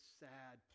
sad